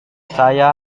saya